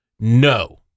no